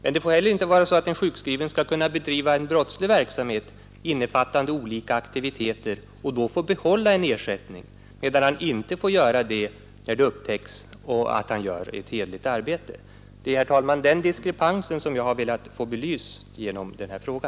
Men det får heller inte vara så att en sjukskriven skall kunna bedriva brottslig verksamhet, innefattande olika aktiviteter, och då få behålla en ersättning, medan han inte får behålla ersättningen när det upptäcks att han gör ett hederligt arbete. Det är den diskrepansen, herr talman, som jag har velat få belyst genom min fråga.